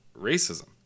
racism